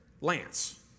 Lance